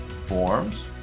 forms